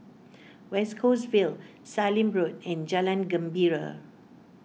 West Coast Vale Sallim Road and Jalan Gembira